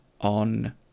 on